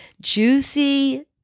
juicy